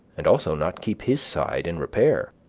and also not keep his side in repair.